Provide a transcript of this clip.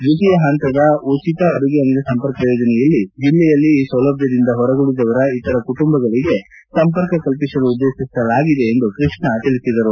ದ್ವಿತೀಯ ಹಂತದ ಉಚಿತ ಅಡುಗೆ ಅನಿಲ ಸಂಪರ್ಕ ಯೋಜನೆಯಲ್ಲಿ ಜಿಲ್ಲೆಯಲ್ಲಿ ಈ ಸೌಲಭ್ಞದಿಂದ ಹೊರಗುಳದಿರುವ ಇತರ ಬಡಕುಟುಂಬಗಳಿಗೆ ಸಂಪರ್ಕ ಕಲ್ಪಿಸಲು ಉದ್ವೇತಿಸಲಾಗಿದೆ ಎಂದು ಕೃಷ್ಣ ತಿಳಿಸಿದರು